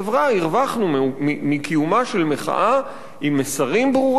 הרווחנו מקיומה של מחאה עם מסרים ברורים,